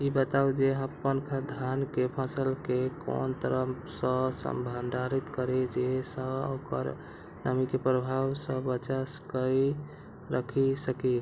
ई बताऊ जे अपन धान के फसल केय कोन तरह सं भंडारण करि जेय सं ओकरा नमी के प्रभाव सं बचा कय राखि सकी?